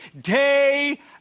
Day